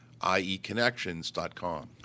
ieconnections.com